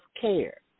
care